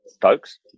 folks